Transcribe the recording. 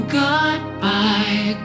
goodbye